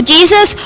Jesus